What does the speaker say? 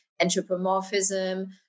anthropomorphism